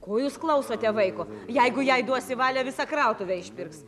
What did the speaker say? ko jūs klausote vaiko jeigu jai duosi valią visą krautuvę išpirks